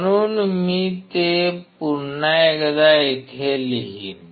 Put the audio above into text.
म्हणून मी ते पुन्हा एकदा इथे लिहीन